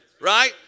right